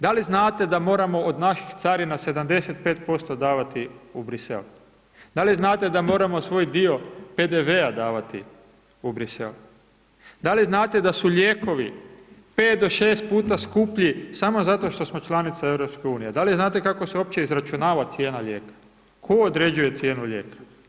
Da li znate da moramo od naših carina 75% davati u Bruxelles, da li znate da moramo svoj dio PDV-a davati u Bruxelles, da li znate da su lijekovi 5 do 6 puta skuplji samo zato što smo članica EU, da li znate kako se uopće izračunava cijena lijeka, tko određuje cijenu lijeka?